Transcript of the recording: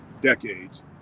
decades